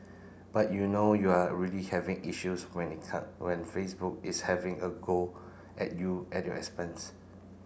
but you know you are really having issues when it come when Facebook is having a go at you at your expense